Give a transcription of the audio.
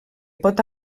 pot